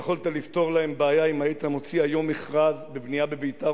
יכולת לפתור להם בעיה אם היית מוציא היום מכרז לבנייה בבית"ר,